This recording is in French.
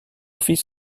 fils